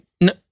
no